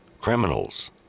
Criminals